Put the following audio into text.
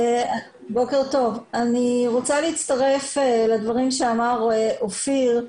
אני רוצה להצטרף לדברים שאמר אופיר,